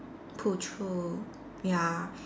pull through ya